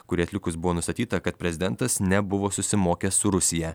kurį atlikus buvo nustatyta kad prezidentas nebuvo susimokęs su rusija